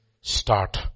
start